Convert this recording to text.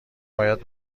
باید